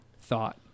thought